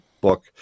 book